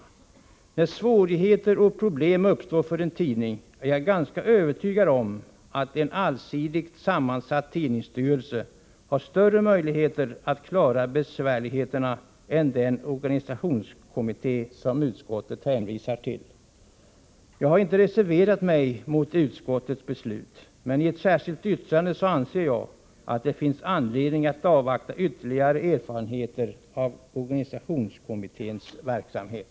Jag är övertygad om att när svårigheter och problem uppstår för en tidning har en allsidigt sammansatt tidningsstyrelse större möjligheter att klara besvärligheterna än den organisationskommitté som utskottet hänvisar till. Jag har inte reserverat mig mot utskottets beslut, men i ett särskilt yttrande framhåller jag att det finns anledning att avvakta ytterligare erfarenheter av organisationskommitténs verksamhet.